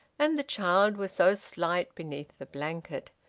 and the child was so slight beneath the blanket,